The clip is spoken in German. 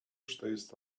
stehst